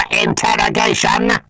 interrogation